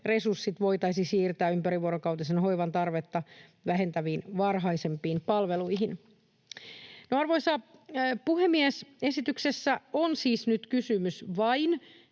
resurssit voitaisiin siirtää ympärivuorokautisen hoivan tarvetta vähentäviin varhaisempiin palveluihin. Arvoisa puhemies! Esityksessä on siis nyt kysymys vain